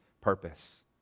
purpose